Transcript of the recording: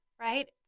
right